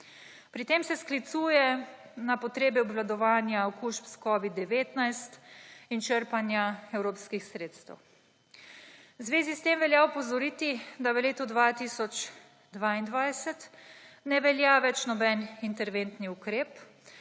Pri tem se sklicuje na potrebe obvladovanja okužb s covidom-19 in črpanja evropskih sredstev. V zvezi s tem velja opozoriti, da v letu 2022 ne velja več noben interventni ukrep